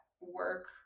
work